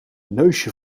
neusje